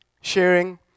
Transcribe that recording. sharing